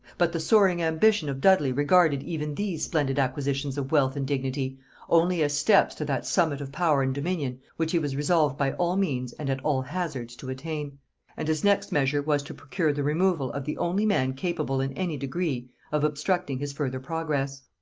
but the soaring ambition of dudley regarded even these splendid acquisitions of wealth and dignity only as steps to that summit of power and dominion which he was resolved by all means and at all hazards to attain and his next measure was to procure the removal of the only man capable in any degree of obstructing his further progress.